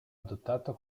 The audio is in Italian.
adottato